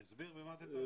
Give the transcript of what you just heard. אני אסביר במה זה כרוך.